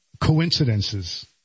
coincidences